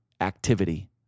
activity